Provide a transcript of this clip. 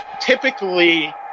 typically